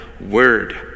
word